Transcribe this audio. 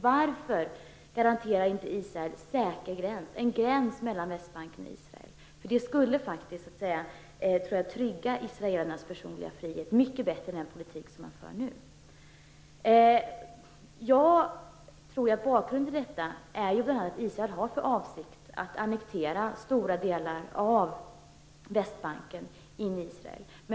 Varför garanterar inte Israel en säker gräns mellan Västbanken och Israel? Det skulle trygga israelernas personliga frihet mycket bättre än med den politik som man nu för. Jag tror att bakgrunden till detta är att Israel har för avsikt att annektera stora delar av Västbanken till Israel.